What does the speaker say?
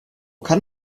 kann